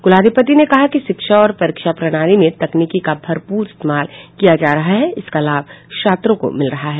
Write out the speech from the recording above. कुलाधिपति ने कहा कि शिक्षा और परीक्षा प्रणाली में तकनीकी का भरपूर इस्तेमाल किया जा रहा है इसका लाभ छात्रों को मिल रहा है